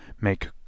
make